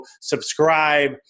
subscribe